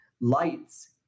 lights